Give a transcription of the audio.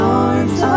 arms